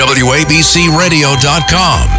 wabcradio.com